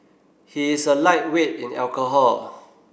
he is a lightweight in alcohol